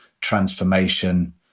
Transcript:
transformation